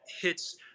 hits